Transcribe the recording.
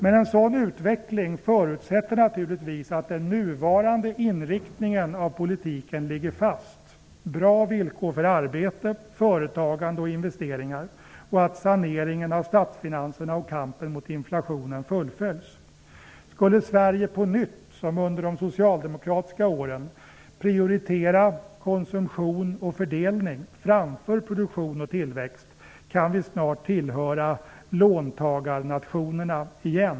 Men en sådan utveckling förutsätter naturligtvis att den nuvarande inriktningen av politiken ligger fast: bra villkor för arbete, företagande och investeringar, och att saneringen av statsfinanserna och kampen mot inflationen fullföljs. Om Sverige på nytt som under de socialdemokratiska åren skulle prioritera konsumtion och fördelning framför produktion och tillväxt kan vi snart återigen tillhöra låntagarnationerna.